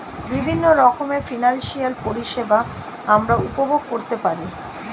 বিভিন্ন রকমের ফিনান্সিয়াল পরিষেবা আমরা উপভোগ করতে পারি